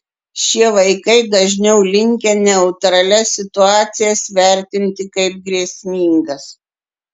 šie vaikai dažniau linkę neutralias situacijas vertinti kaip grėsmingas